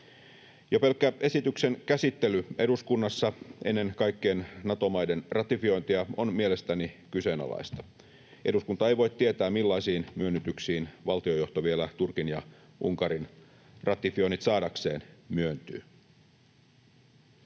pelkkä esityksen käsittely eduskunnassa ennen kaikkien Nato-maiden ratifiointia on mielestäni kyseenalaista. Eduskunta ei voi tietää, millaisiin myönnytyksiin valtiojohto vielä Turkin ja Unkarin ratifioinnit saadakseen myöntyy.